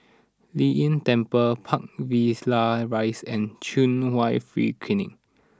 Lei Yin Temple Park Villas Rise and Chung Hwa Free Clinic